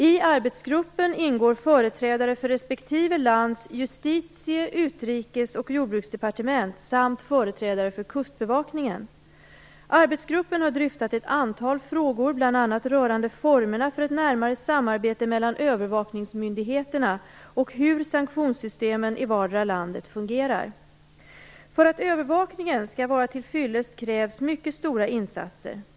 I arbetsgruppen ingår företrädare för respektive lands justitie-, utrikes och jordbruksdepartement samt företrädare för kustbevakningen. Arbetsgruppen har dryftat ett antal frågor bl.a. rörande formerna för ett närmare samarbete mellan övervakningsmyndigheterna och hur sanktionssystemen i vardera landet fungerar. För att övervakningen skall vara till fyllest krävs mycket stora insatser.